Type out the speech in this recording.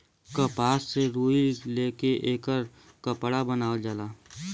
कपास से रुई ले के एकर कपड़ा बनावल जाला